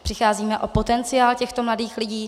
Přicházíme o potenciál těchto mladých lidí.